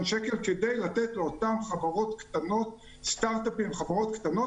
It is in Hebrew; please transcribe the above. שקל כדי לתת לאותן חברות סטארטאפ קטנות,